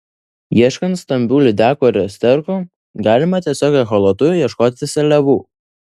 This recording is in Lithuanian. ieškant stambių lydekų ar sterkų galima tiesiog echolotu ieškoti seliavų